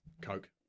Coke